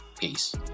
Peace